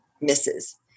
misses